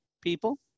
people